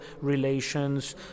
relations